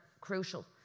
crucial